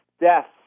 deaths